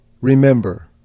remember